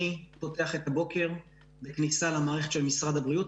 אני פותח את הבוקר בכניסה למערכת של משרד הבריאות,